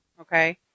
Okay